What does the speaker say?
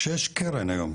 כשיש קרן היום,